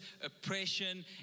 oppression